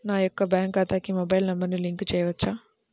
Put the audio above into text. నా యొక్క బ్యాంక్ ఖాతాకి మొబైల్ నంబర్ లింక్ చేయవచ్చా?